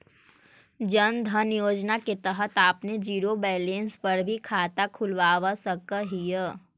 जन धन योजना के तहत आपने जीरो बैलेंस पर भी खाता खुलवा सकऽ हिअ